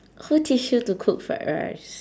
who teach you to cook fried rice